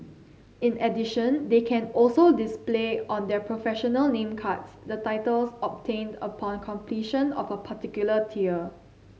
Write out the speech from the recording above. in addition they can also display on their professional name cards the titles obtained upon completion of a particular tier